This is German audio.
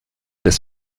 des